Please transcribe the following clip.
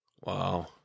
Wow